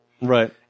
Right